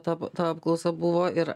tapo ta apklausa buvo ir